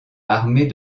armés